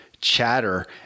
Chatter